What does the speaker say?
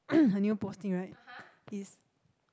her new posting right it's